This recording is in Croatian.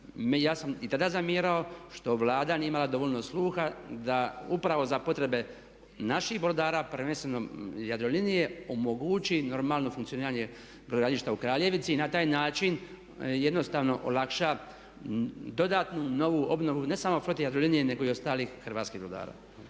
ja sam i tada zamjerao što Vlada nije imala dovoljno sluha da upravo za potrebe naših brodara prvenstveno Jadrolinije omogući normalno funkcioniranje brodogradilišta u Kraljevici. I na taj način jednostavno olakša dodatnu novu obnovu ne samo floti Jadrolinije, nego i ostalih hrvatskih brodara.